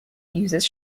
uses